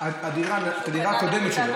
הדירה הקודמת שלו.